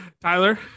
Tyler